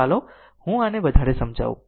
તો ચાલો હું આને વધારે સમજાવું